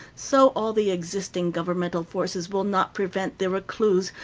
so all the existing governmental forces will not prevent the reclus,